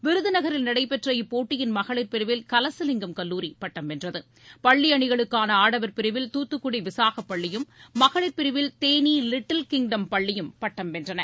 விருதுநகரில் நடைபெற்ற இப்போட்டியின் மகளிர் பிரிவில் கலசலிங்கம் கல்லூரி பட்டம் வென்றது பள்ளி அணிகளுக்கான ஆடவர் பிரிவில் தூத்துக்குடி விசாகப் பள்ளியும் மகளிர் பிரிவில் தேனி லிட்டில் கிங்டம் பள்ளியும் பட்டம் வென்றன